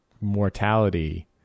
mortality